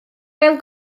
gael